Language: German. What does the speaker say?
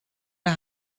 der